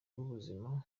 y’ubuzima